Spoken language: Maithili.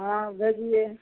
हाँ भेजिए